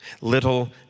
little